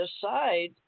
decide